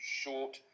short